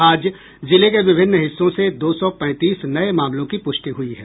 आज जिले के विभिन्न हिस्सों से दो सौ पैंतीस नये मामलों की पुष्टि हुई है